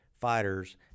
fighters